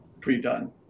pre-done